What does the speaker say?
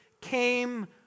came